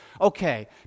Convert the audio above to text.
Okay